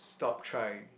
stop trying